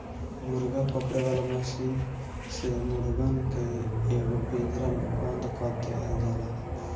मुर्गा पकड़े वाला मशीन से मुर्गन के एगो पिंजड़ा में बंद कअ देवल जाला